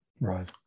Right